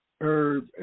herb